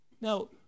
Now